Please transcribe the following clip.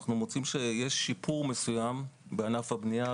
אנחנו מוצאים שיש שיפור מסוים בענף הבנייה,